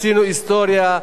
עשינו היסטוריה,